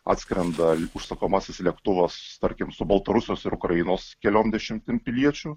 atskrenda užsakomasis lėktuvas tarkim su baltarusijos ir ukrainos keliom dešimtim piliečių